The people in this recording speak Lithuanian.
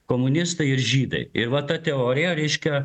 komunistai ir žydai ir va ta teorija reiškia